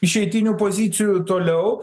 išeitinių pozicijų toliau